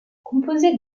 composée